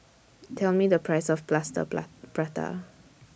Tell Me The Price of Plaster Prata